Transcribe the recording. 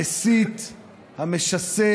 לישראל